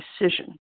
decision